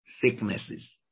sicknesses